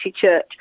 Church